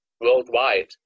worldwide